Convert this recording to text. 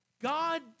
God